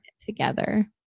together